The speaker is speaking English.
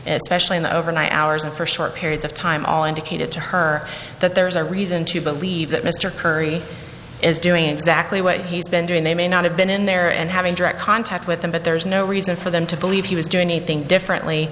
residence especially in the overnight hours and for short periods of time all indicated to her that there is a reason to believe that mr curry is doing exactly what he's been doing they may not have been in there and having direct contact with them but there is no reason for them to believe he was doing anything differently